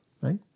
right